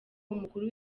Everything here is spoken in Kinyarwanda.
umukuru